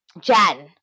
Jan